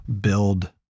build